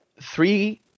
three